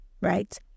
right